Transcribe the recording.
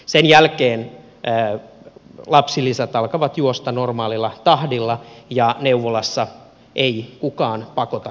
sen jälkeen lapsilisät alkavat juosta normaalilla tahdilla ja neuvolassa ei kukaan pakota käymään